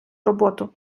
роботу